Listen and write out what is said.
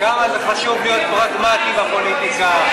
כמה זה חשוב להיות פרגמטי בפוליטיקה.